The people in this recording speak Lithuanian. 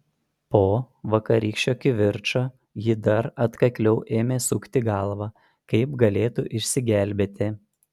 po vakarykščio kivirčo ji dar atkakliau ėmė sukti galvą kaip galėtų išsigelbėti